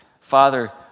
Father